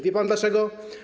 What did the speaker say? Wie pan, dlaczego?